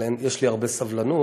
אבל יש לי הרבה סבלנות.